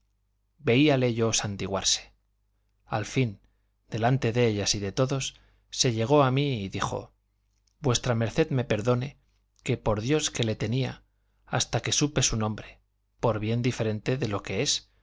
veíale yo santiguarse al fin delante de ellas y de todos se llegó a mí y dijo v md me perdone que por dios que le tenía hasta que supe su nombre por bien diferente de lo que es